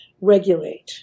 regulate